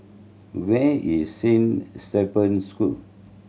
where is Saint Stephen's School